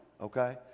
okay